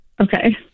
Okay